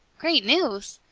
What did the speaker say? great news!